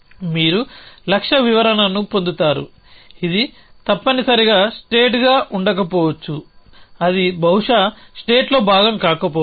మీరు లక్ష్య వివరణను పొందుతారు ఇది తప్పనిసరిగా స్టేట్గా ఉండకపోవచ్చు అది బహుశా స్టేట్లో భాగం కాకపోవచ్చు